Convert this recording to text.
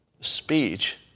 speech